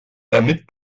damit